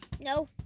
No